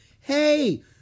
Hey